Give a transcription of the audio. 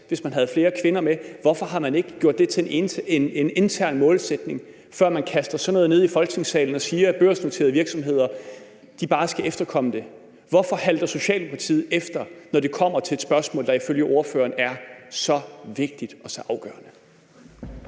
hvis man havde flere kvinder med. Hvorfor har man ikke gjort det til en intern målsætning, før man kaster sådan noget ned i Folketingssalen og siger, at børsnoterede virksomheder bare skal efterkomme det? Hvorfor halter Socialdemokratiet efter, når det kommer til et spørgsmål, der ifølge ordføreren er så vigtigt og så afgørende?